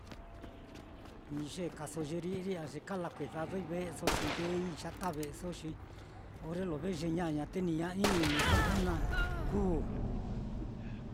Ni yekaso ye ri'ri á ye kalakuedadoi ve'eso, kundei yata ve'eso, xi orre lo ve ye ñaña te ní ña iniso jnu na kuu.